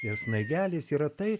nes medelis yra tai